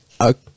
Okay